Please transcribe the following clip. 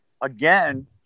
again